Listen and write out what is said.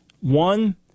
One